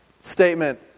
statement